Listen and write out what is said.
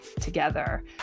together